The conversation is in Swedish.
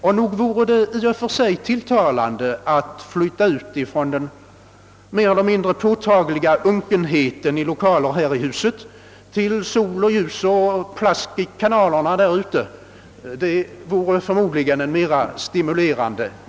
Och nog vore det i och för sig tilltalande att flytta ut ifrån den mer eller mindre påtagliga unkenheten i lokaler här i huset till sol och ljus och kluckande i kanalerna därute. Den miljön vore förmodligen mer stimulerande.